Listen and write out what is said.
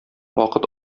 вакыт